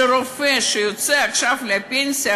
שרופא שיוצא עכשיו לפנסיה,